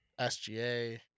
SGA